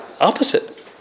opposite